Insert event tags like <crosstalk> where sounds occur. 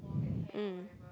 <breath> mm